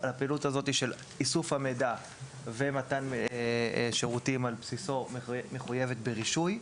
הפעילות הזאת של איסוף המידע ומתן שירותים על בסיסו מחויבת ברישוי.